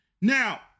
Now